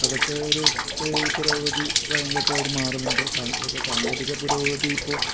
അതൊക്കെ ഒരു ഇപ്പൊരവധി വയ്ങ്കാത്ത കാര്യ മാറുന്നുണ്ട് സ ഇപ്പോൾ സാങ്കേതിക പുരോഗതി ഇപ്പോൾ